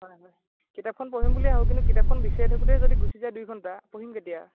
হয় হয় কিতাপখন পঢ়িম বুলিয়ে আহোঁ কিন্তু কিতাপখন বিচাৰি থাকোতে যদি গুচি যায় দুই ঘণ্টা পঢ়িম কেতিয়া